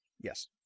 Yes